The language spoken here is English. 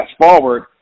forward